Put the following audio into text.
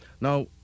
Now